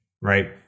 Right